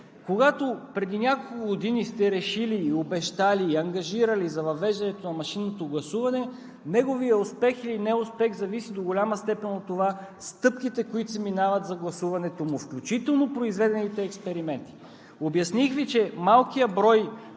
Когато преди няколко години сте решили, обещали, ангажирали за въвеждането на машинното гласуване, неговият успех или неуспех зависи до голяма степен от това стъпките, които се минават за гласуването му, включително произведените експерименти. Обясних Ви, че малкият брой